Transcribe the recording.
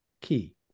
key